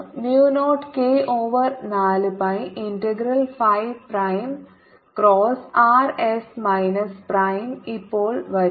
mu 0 k over 4 pi integral phi prime cross RS minus prime ഇപ്പോൾ വരും